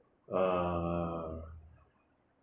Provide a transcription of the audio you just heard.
uh